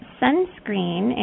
sunscreen